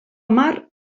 mar